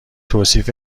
توصیف